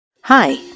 Hi